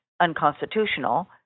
unconstitutional